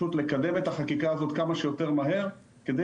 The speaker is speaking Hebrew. פשוט לקדם את החקיקה הזאת כמה שיותר מהר כדי